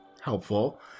helpful